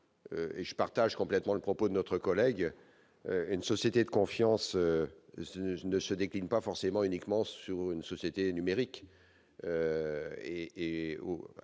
je partage complètement le propos de notre collègue : une société de confiance ne se décline pas uniquement sous l'aspect numérique.